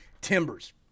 Timbers